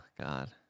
God